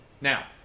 Now